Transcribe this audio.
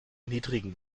niedrigen